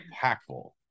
impactful